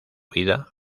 vida